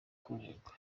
koroherwa